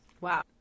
Wow